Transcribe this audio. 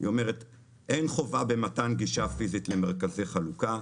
היא אומרת שאין חובה במתן גישה פיזית למרכזי חלוקה,